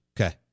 Okay